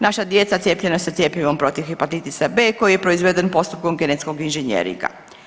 Naša djeca cijepljena sa cjepivom protiv Hepatitisa B koji je proizveden postupkom genetskog inženjeringa.